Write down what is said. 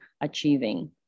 achieving